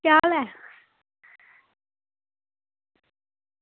केह् हाल ऐ